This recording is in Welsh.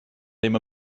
ddim